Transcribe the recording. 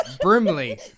Brimley